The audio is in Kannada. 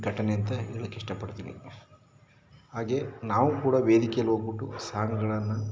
ಘಟನೆ ಅಂತ ಹೇಳೋಕೆ ಇಷ್ಟಪಡ್ತೀನಿ ಹಾಗೆ ನಾವು ಕೂಡ ವೇದಿಕೆಯಲ್ಲಿ ಹೋಗ್ಬಿಟ್ಟು ಸಾಂಗ್ಗಳನ್ನು